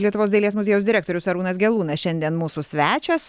lietuvos dailės muziejaus direktorius arūnas gelūnas šiandien mūsų svečias